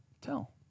tell